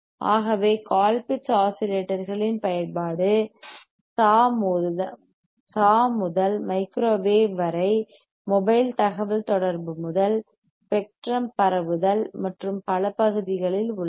ஆகவே கோல்பிட்ஸ் ஆஸிலேட்டர்களின் பயன்பாடு SAW முதல் மைக்ரோவேவ் வரை மொபைல் தகவல்தொடர்பு முதல் ஸ்பெக்ட்ரம் பரவுதல் மற்றும் பல பகுதிகளில் உள்ளன